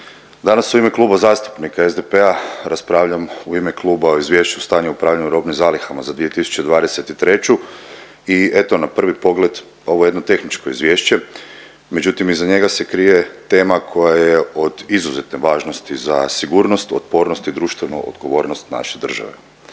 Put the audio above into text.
danas u ime Kluba zastupnika SDP-a raspravljam u ime kluba o Izvješću o stanju i upravljanju robnih zalihama za 2023. i eto na prvi pogled ovo je jedno tehničko izvješće, međutim iza njega se krije tema koja je od izuzetne važnosti za sigurnost, otpornost i društvenu odgovornost naše države.